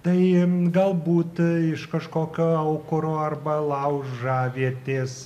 tai galbūt iš kažkokio aukuro arba laužavietės